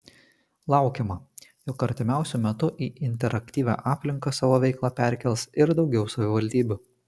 laukiama jog artimiausiu metu į interaktyvią aplinką savo veiklą perkels ir daugiau savivaldybių